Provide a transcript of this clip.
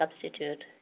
substitute